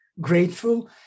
grateful